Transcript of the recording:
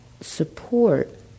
support